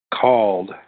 called